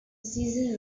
season